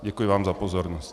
Děkuji vám za pozornost.